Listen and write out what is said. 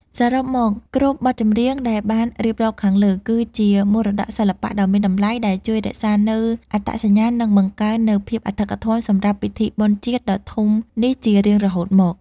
សរុបមក គ្រប់បទចម្រៀងដែលបានរៀបរាប់ខាងលើ គឺជាមរតកសិល្បៈដ៏មានតម្លៃដែលជួយរក្សានូវអត្តសញ្ញាណ និងបង្កើននូវភាពអធិកអធមសម្រាប់ពិធីបុណ្យជាតិដ៏ធំមួយនេះជារៀងរហូតមក។